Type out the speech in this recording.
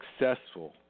successful